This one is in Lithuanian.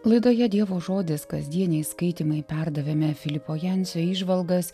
laidoje dievo žodis kasdieniai skaitymai perdavėme filipo jancio įžvalgas